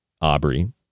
Aubrey